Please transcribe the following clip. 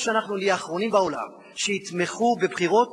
או שאנחנו נהיה האחרונים בעולם שיתמכו בבחירות